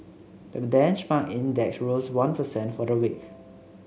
the benchmark index rose one per cent for the week